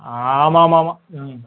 ஆமாம் ஆமாமாம்